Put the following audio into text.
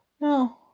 No